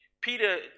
Peter